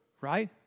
right